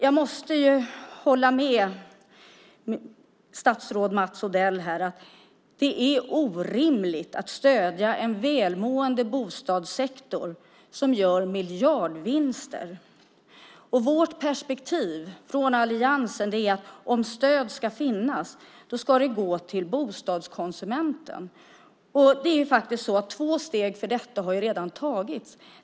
Jag måste hålla med statsrådet Mats Odell om att det är orimligt att stödja en välmående bostadssektor som gör miljardvinster. Vårt perspektiv i alliansen är att om stöd ska finnas ska det gå till bostadskonsumenten. Två steg för detta har faktiskt redan tagits.